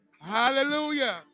Hallelujah